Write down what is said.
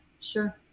sure